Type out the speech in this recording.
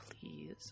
please